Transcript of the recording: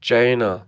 China